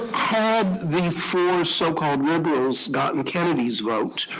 had the four so-called liberals gotten kennedy's vote,